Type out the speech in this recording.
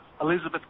Elizabeth